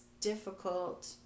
difficult